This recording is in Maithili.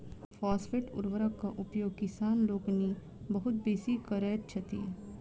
फास्फेट उर्वरकक उपयोग किसान लोकनि बहुत बेसी करैत छथि